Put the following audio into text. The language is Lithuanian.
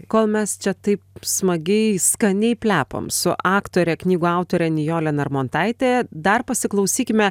kol mes čia taip smagiai skaniai plepam su aktore knygų autorė nijole narmontaite dar pasiklausykime